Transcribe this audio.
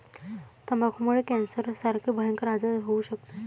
तंबाखूमुळे कॅन्सरसारखे भयंकर आजार होऊ शकतात